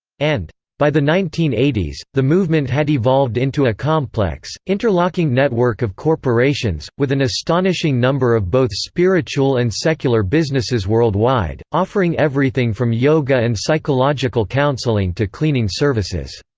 and by the nineteen eighty s, the movement had evolved into a complex, interlocking network of corporations, with an astonishing number of both spiritual and secular businesses worldwide, offering everything from yoga and psychological counselling to cleaning services.